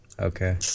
okay